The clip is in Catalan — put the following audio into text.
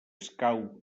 escau